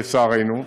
לצערנו,